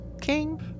king